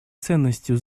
ценности